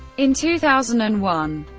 in two thousand and one,